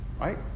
right